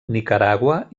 nicaragua